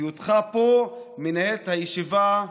היותך פה, מנהל את הישיבה,